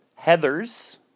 Heathers